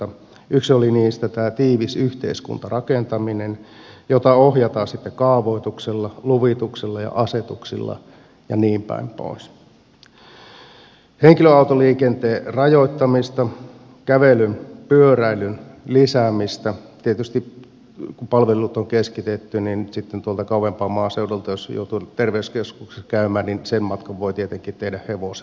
yksi niistä oli tämä tiivis yhteiskuntarakentaminen jota ohjataan sitten kaavoituksella luvituksella ja asetuksilla ja niinpäin pois sitten oli henkilöautoliikenteen rajoittamista kävelyn pyöräilyn lisäämistä tietysti kun palvelut on keskitetty niin sitten tuolta kauempaa maaseudulta jos joutuu terveyskeskuksessa käymään sen matkan voi tietenkin tehdä hevosella todennäköisesti